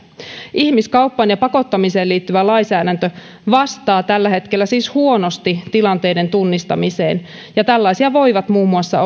ihmiskauppaan ja pakottamiseen liittyvä lainsäädäntö vastaa tällä hetkellä siis huonosti tilanteiden tunnistamiseen ja tällaisia voivat olla muun muassa